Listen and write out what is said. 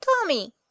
Tommy